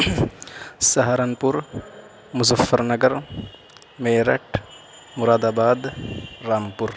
Saharanpur Muzaffarnagar Meerut Moradabad Rampur